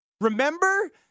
Remember